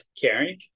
caring